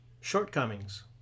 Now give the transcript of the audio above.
shortcomings